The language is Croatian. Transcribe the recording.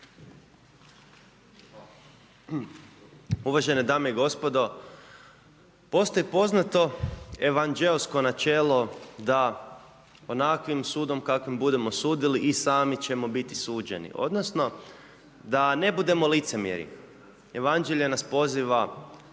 Uvažene dame i gospodo, postoji poznato evanđeosko načelo da onakvim sudom kakvim budemo sudili i sami ćemo biti suđeni. Odnosno, da ne budemo licemjeri. Evanđelje nas poziva